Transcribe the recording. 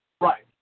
Right